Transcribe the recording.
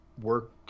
work